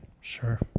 sure